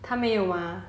他没有 mah